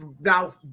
now